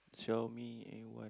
Xiaomi A Y